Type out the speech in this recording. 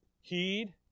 heed